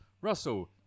Russell